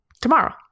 tomorrow